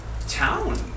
town